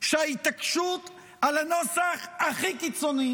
שההתעקשות על הנוסח הכי קיצוני